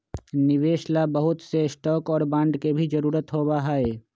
निवेश ला बहुत से स्टाक और बांड के भी जरूरत होबा हई